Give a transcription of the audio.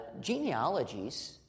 Genealogies